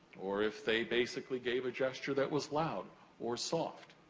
or, if they basically gave a gesture that was loud or soft.